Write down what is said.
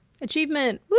Achievement